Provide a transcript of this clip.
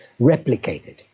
replicated